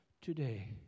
today